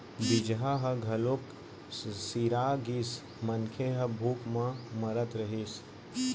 बीजहा ह घलोक सिरा गिस, मनखे ह भूख म मरत रहिस